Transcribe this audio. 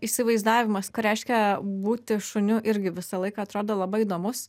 įsivaizdavimas ką reiškia būti šuniu irgi visą laiką atrodo labai įdomus